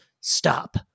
stop